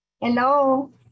Hello